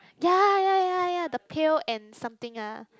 ya ya ya ya the pail and something ah